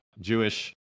Jewish